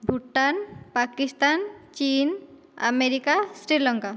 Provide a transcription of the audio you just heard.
Bhutan Pakistan China America Sri Lanka